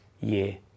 year